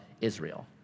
Israel